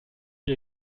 die